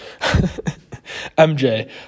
MJ